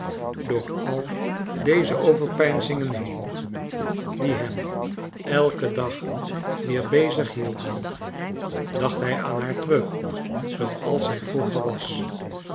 door al deze overpeinzingen heen kleine dorr it die hem elken dag weer bezig hielden dacht hij aan haar terug zooals ziij vroeger was